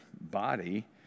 body